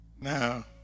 now